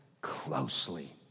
closely